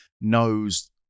knows